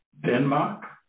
Denmark